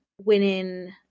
winning